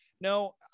No